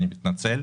אני מתנצל.